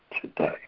Today